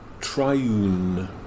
triune